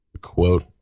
quote